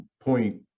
point